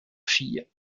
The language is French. filles